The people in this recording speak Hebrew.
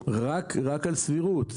רק על סבירות.